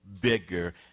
bigger